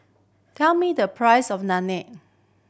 tell me the price of